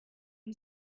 who